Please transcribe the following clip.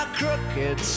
crooked